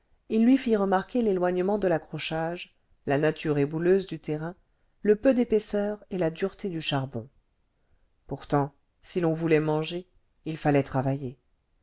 il lui fit remarquer l'éloignement de l'accrochage la nature ébouleuse du terrain le peu d'épaisseur et la dureté du charbon pourtant si l'on voulait manger il fallait travailler